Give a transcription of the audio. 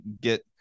get